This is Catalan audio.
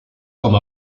com